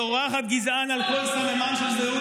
שצורחת "גזען" על כל סממן של זהות,